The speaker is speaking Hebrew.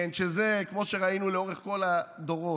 כן, שכמו שראינו לאורך כל הדורות,